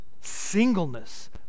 Singleness